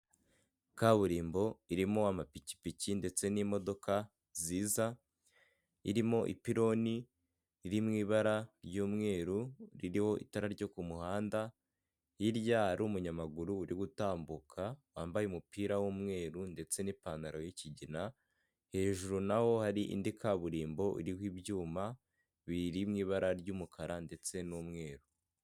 Kaburimbo irimo amapikipiki ndetse n'imodoka nziza, irimo ipironi iri mu ibara ry'umweru ririho itara ryo ku muhanda, hirya umunyamaguru uri gutambuka, wambaye umupira w'umweru ndetse n'ipantaro y'ikigina, hejuru naho hari indi kaburimbo iriho ibyuma biri mu ibara ry'umukara ndetse n'umweru.